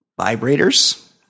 vibrators